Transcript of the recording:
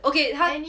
okay how